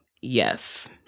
yes